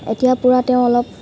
এতিয়া পুৰা তেওঁ অলপ